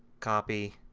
copy,